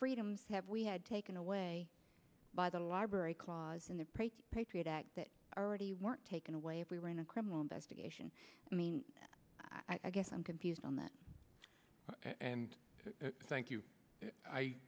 freedoms have we had taken away by the library clause in the patriot act that already weren't taken away if we were in a criminal investigation i mean i guess i'm confused on that and thank you i